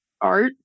art